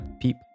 peep